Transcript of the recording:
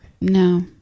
No